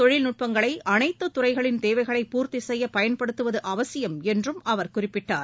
தொழில்நுட்பங்களை அனைத்து துறைகளின் தேவைகளை செய்ய புதிய பூர்த்தி பயன்படுத்துவது அவசியம் என்றும் அவர் குறிப்பிட்டார்